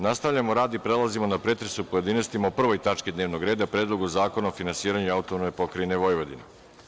Nastavljamo rad i prelazimo na pretres u pojedinostima o 1. tački dnevnog reda – Predlogu zakona o finansiranju AP Vojvodine.